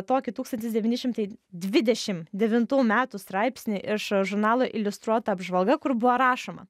tokį tūkstantis devyni šimtai dvidešimt devintų metų straipsnį iš žurnalo iliustruota apžvalga kur buvo rašoma